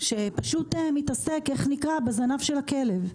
שפשוט מתעסק בזנב של הכלב.